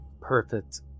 perfect